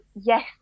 yes